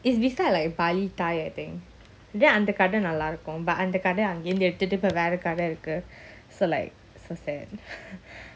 is beside like bali thai I think அந்தகடைநல்லாஇருக்கும்:andha kada nalla irukum but அந்தகடையஅங்கஇருந்துஎடுத்துட்டுஇப்பவேறகடைஇருக்கு:andha kadaya anga irunthu eduthutu ipa vera kada iruku so like so sad